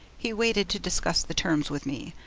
he waited to discuss the terms with me.